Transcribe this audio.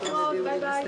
תודה רבה.